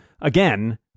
again